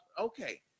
okay